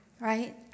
right